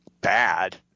bad